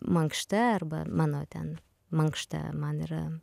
mankšta arba mano ten mankšta man yra